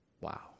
Wow